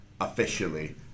officially